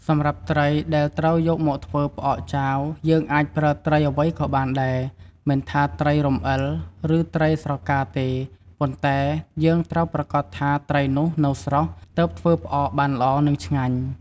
សម្រាប់ត្រីដែលត្រូវយកមកធ្វើផ្អកចាវ យើងអាចប្រើត្រីអ្វីក៏បានដែរ មិនថាត្រីរំអិល ឬ ត្រីស្រកាទេ ប៉ុន្តែ យើងត្រូវប្រាកដថា ត្រីនោះនៅស្រស់ ទើបធ្វើផ្អកបានល្អ និងឆ្ងាញ់។